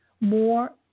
More